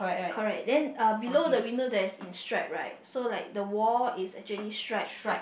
correct then uh below the window that is in stripes right so like the wall is actually stripe